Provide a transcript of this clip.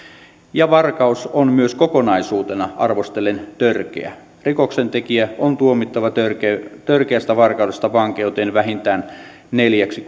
ja varkaus on myös kokonaisuutena arvostellen törkeä rikoksentekijä on tuomittava törkeästä törkeästä varkaudesta vankeuteen vähintään neljäksi